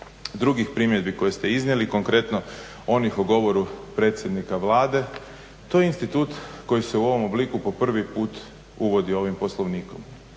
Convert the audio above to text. drugih primjedbi koje ste iznijeli, konkretno onih o govoru predsjednika Vlade, to je institut koji se u ovom obliku po prvi put uvodi ovim Poslovnikom.